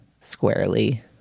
squarely